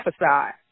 emphasize